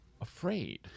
afraid